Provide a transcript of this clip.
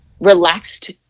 relaxed